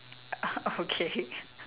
ah okay